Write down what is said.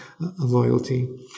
loyalty